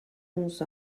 onze